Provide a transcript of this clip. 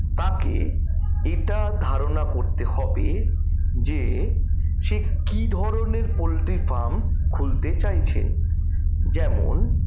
তাকে এটা ধারণা করতে হবে যে সে কী ধরনের পোলট্রি ফার্ম খুলতে চাইছে যেমন